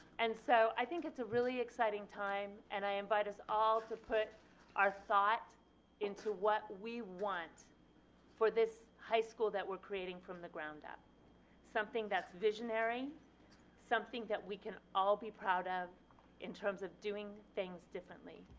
and so i think it's a really exciting time and i invite us all to put our thought into what we want for this high school that were creating from the ground up something that's visionary something that we can all be proud of in terms of doing things differently.